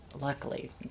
luckily